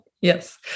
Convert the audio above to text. Yes